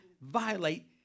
violate